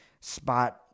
spot